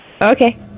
Okay